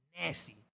nasty